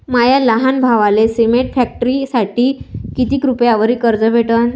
माया लहान भावाले सिमेंट फॅक्टरीसाठी कितीक रुपयावरी कर्ज भेटनं?